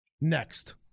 next